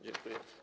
Dziękuję.